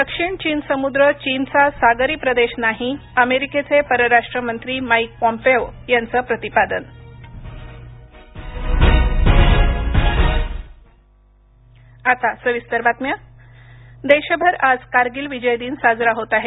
दक्षिण चीन समुद्र चीनचा सागरी प्रदेश नाही अमेरिकेचे परराष्ट्रमंत्री माइक पॉम्पेओ यांचं प्रतिपादन कारगिल विजय दिवस देशभर आज कारगिल विजय दिन साजरा होत आहे